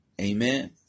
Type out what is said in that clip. Amen